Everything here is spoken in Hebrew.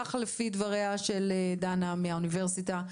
כך לפי דבריה של דנה אהרן מן האוניברסיטה,